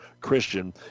Christian